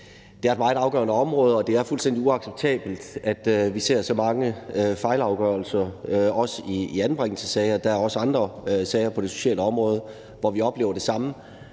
det er et meget afgørende område, og det er fuldstændig uacceptabelt, at vi ser så mange fejlafgørelser, også i anbringelsessager. Der er også andre sager på det sociale område, hvor vi oplever det samme,